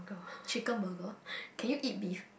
chicken burger can you eat beef